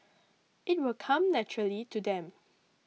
it'll come naturally to them